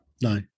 No